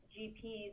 GPs